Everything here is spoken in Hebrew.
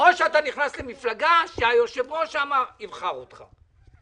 או שאתה נכנס למפלגה שבה היושב-ראש יבחר אותך,